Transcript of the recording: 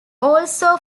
also